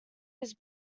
his